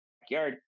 backyard